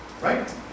Right